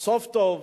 סוף טוב.